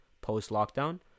post-lockdown